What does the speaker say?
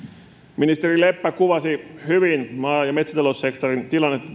ministeri leppä kuvasi hyvin maa ja metsätaloussektorin tilannetta